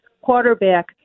quarterback